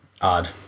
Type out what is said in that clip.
Odd